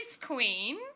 queen